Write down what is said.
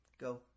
Go